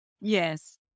Yes